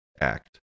act